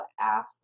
apps